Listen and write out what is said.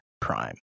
prime